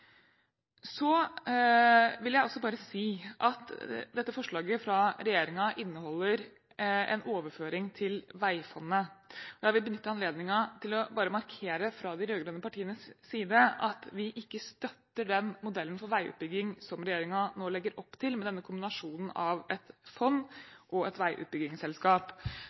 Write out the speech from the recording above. Så vil jeg også si at dette forslaget fra regjeringen inneholder en overføring til veifondet. Jeg vil benytte anledningen til å markere fra de rød-grønne partienes side at vi ikke støtter den modellen for veiutbygging som regjeringen nå legger opp til, med denne kombinasjonen av et fond og et veiutbyggingsselskap.